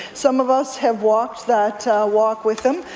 some of us have walked that walk with him.